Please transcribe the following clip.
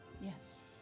Yes